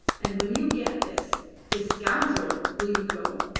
and when you get this this scoundrel will you go?